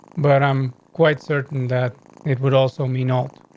but i'm quite certain that it would also mean out.